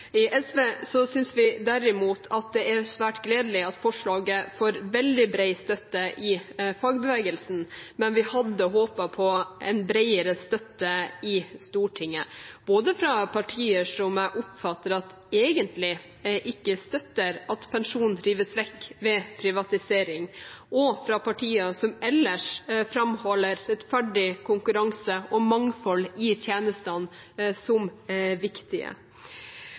er svært gledelig at forslaget får veldig bred støtte i fagbevegelsen, men vi hadde håpet på en bredere støtte i Stortinget, både fra partier som jeg oppfatter at egentlig ikke støtter at pensjon rives vekk ved privatisering, og fra partier som ellers framholder rettferdig konkurranse og mangfold i tjenestene som